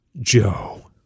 Joe